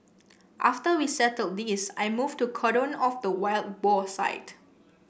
after we settled this I moved to cordon off the wild boar site